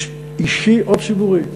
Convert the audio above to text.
אישי או ציבורי,